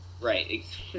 Right